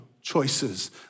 choices